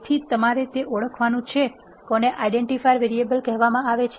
તેથી તમારે તે ઓળખવાનું છે કોને આઇડેન્ટિફાયર વેરિયેબલ્સ કહેવામાં આવે છે